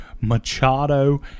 Machado